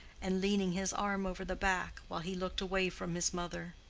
and leaning his arm over the back, while he looked away from his mother.